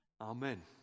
Amen